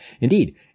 Indeed